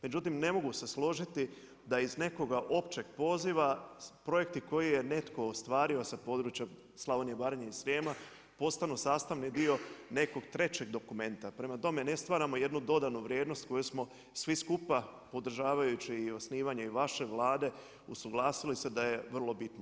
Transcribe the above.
Međutim, ne mogu se složiti da iz nekoga općeg poziva, projekti koje je netko ostvario sa područja Slavonije, Baranje i Srijema, postanu sastavni dio nekog trećeg dokumenta, prema tome ne stvaramo jednu dodanu vrijednost koju smo svi skupa podržavajući i osnivanje vaše Vlade usuglasili se da je vrlo bitno.